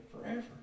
forever